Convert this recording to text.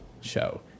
show